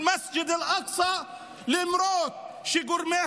(אומר בערבית: במסגד אל-אקצא,) למרות שגורמי